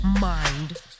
mind